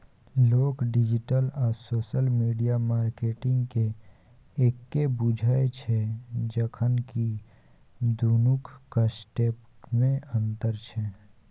लोक डिजिटल आ social media मार्केटिंगकेँ एक्के बुझय छै जखन कि दुनुक कंसेप्टमे अंतर छै